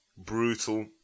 brutal